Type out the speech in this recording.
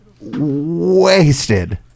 wasted